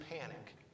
panic